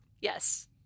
yes